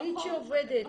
תוכנית שעובדת.